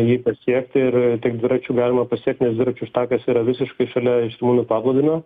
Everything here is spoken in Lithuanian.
jį pasiekti ir tik dviračiu galima pasiekt nes dviračių takas yra visiškai šalia žirmūnų paplūdimio